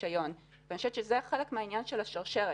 רישיון ואני חושבת שזה חלק מהעניין של השרשרת.